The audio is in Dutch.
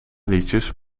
liedjes